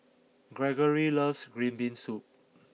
Gregory loves Green Bean Soup